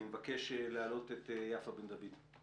אני מבקש להעלות את יפה בן דוד.